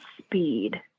speed